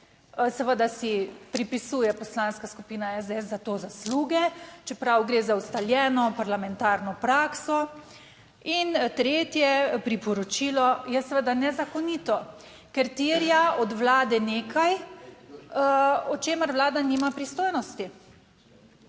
seveda si pripisuje Poslanska skupina SDS za to zasluge, čeprav gre za ustaljeno parlamentarno prakso. In tretje priporočilo je seveda nezakonito, ker terja od Vlade nekaj, o čemer Vlada nima pristojnosti.